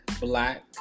black